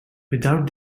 without